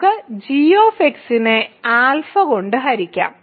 നമുക്ക് g നെ α കൊണ്ട് ഹരിക്കാം